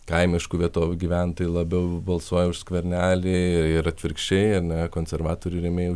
kaimiškų vietovių gyventojai labiau balsuoja už skvernelį ir atvirkščiai ar ne konservatorių rėmėjų